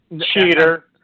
Cheater